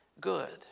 good